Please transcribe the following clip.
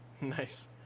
Nice